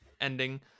ending